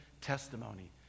testimony